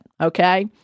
okay